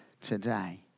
today